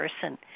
person